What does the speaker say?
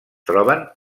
troba